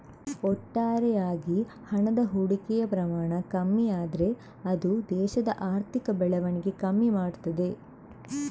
ಒಟ್ಟಾರೆ ಆಗಿ ಹಣದ ಹೂಡಿಕೆಯ ಪ್ರಮಾಣ ಕಮ್ಮಿ ಆದ್ರೆ ಅದು ದೇಶದ ಆರ್ಥಿಕ ಬೆಳವಣಿಗೆ ಕಮ್ಮಿ ಮಾಡ್ತದೆ